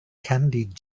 candied